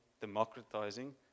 democratizing